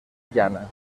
llana